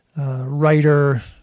writer